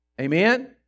Amen